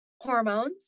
hormones